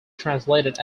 translated